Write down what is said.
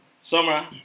Summer